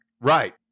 Right